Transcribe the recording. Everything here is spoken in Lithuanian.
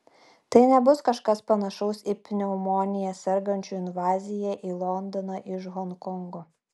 tai nebus kažkas panašaus į pneumonija sergančių invaziją į londoną iš honkongo